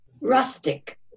rustic